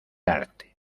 arte